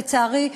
לצערי,